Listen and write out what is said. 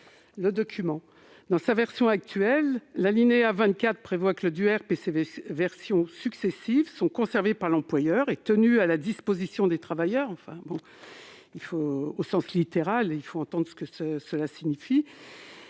l'entreprise. Dans sa version actuelle, l'alinéa 24 prévoit que le DUERP et ses versions successives sont conservés par l'employeur et tenus à la disposition des travailleurs - il faut entendre ce que cela signifie